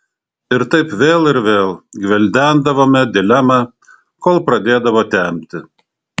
ir taip vėl ir vėl gvildendavome dilemą kol pradėdavo temti